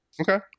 Okay